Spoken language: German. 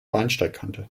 bahnsteigkante